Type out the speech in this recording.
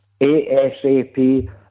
ASAP